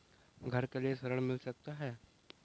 घर के लिए ऋण मिल सकता है या नहीं?